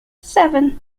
seven